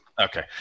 okay